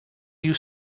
you